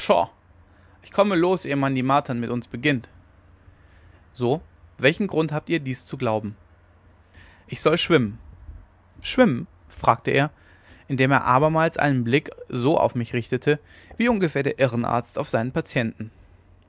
ich komme los ehe man die martern mit uns beginnt so welchen grund habt ihr dies zu glauben ich soll schwimmen schwimmen fragte er indem er abermals einen blick so auf mich richtete wie ungefähr der irrenarzt auf seinen patienten